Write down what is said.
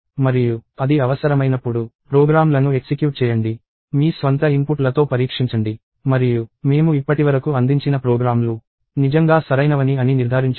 మరియు అది అవసరమైనప్పుడు ప్రోగ్రామ్లను ఎక్సిక్యూట్ చేయండి మీ స్వంత ఇన్పుట్లతో పరీక్షించండి మరియు మేము ఇప్పటివరకు అందించిన ప్రోగ్రామ్లు నిజంగా సరైనవని అని నిర్ధారించుకోండి